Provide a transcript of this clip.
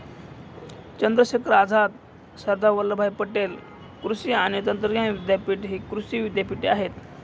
चंद्रशेखर आझाद, सरदार वल्लभभाई पटेल कृषी आणि तंत्रज्ञान विद्यापीठ हि कृषी विद्यापीठे आहेत